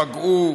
פגעו,